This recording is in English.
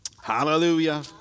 Hallelujah